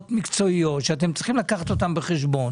מקצועיות שאתם צריכים לקחת אותן בחשבון.